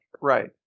right